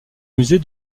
musée